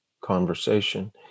conversation